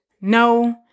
No